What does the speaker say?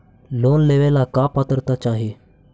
Loan लेवेला का पात्रता चाही?